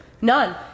none